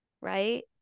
right